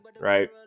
right